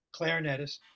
clarinetist